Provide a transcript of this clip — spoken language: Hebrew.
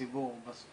בוקר טוב לכולם,